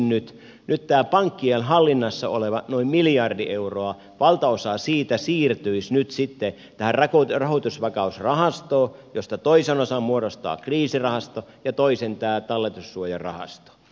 nyt valtaosa tästä pankkien hallinnassa olevasta noin miljardista eurosta siirtyisi sitten tähän rahoitusvakausrahastoon josta toisen osan muodostaa kriisirahasto ja toisen tämä talletussuojarahasto